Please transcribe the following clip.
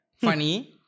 funny